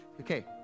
okay